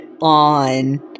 on